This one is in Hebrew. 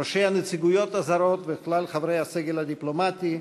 ראשי הנציגויות הזרות וכלל חברי הסגל הדיפלומטי,